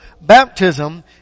baptism